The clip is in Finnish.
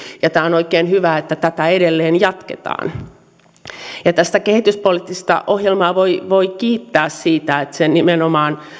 ja tämä on oikein hyvä että tätä edelleen jatketaan tätä kehityspoliittista ohjelmaa voi voi kiittää siitä että se nimenomaan